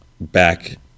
back